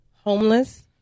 homeless